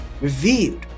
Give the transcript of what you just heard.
revealed